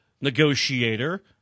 negotiator